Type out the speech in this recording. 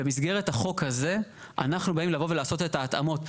במסגרת החוק הזה אנחנו באים לעשות את ההתאמות.